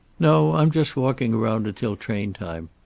no, i'm just walking around until train-time.